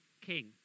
king